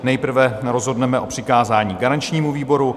Nejprve rozhodneme o přikázání garančnímu výboru.